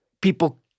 people